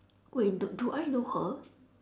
wait d~ do I know her